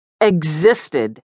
Existed